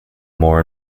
more